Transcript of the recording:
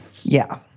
yeah.